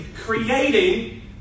creating